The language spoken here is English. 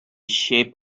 shape